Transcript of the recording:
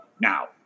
now